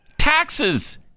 Taxes